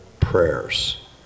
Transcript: prayers